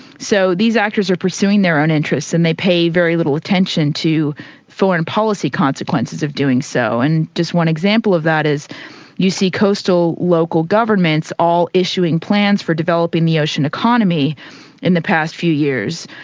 so these actors are pursuing their own interests and they pay very little attention to foreign policy consequences of doing so. and just one example of that is you see coastal local governments governments all issuing plans for developing the ocean economy in the past few years.